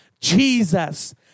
Jesus